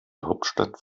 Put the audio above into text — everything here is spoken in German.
hauptstadt